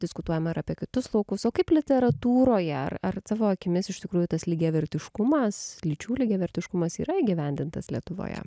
diskutuojama ir apie kitus laukus o kaip literatūroje ar ar tavo akimis iš tikrųjų tas lygiavertiškumas lyčių lygiavertiškumas yra įgyvendintas lietuvoje